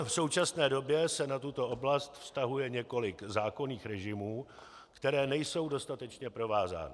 V současné době se na tuto oblast vztahuje několik zákonných režimů, které nejsou dostatečně provázány.